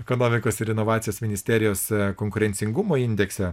ekonomikos ir inovacijos ministerijos konkurencingumo indekse